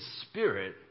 spirit